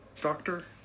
Doctor